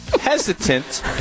hesitant